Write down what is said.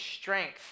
strength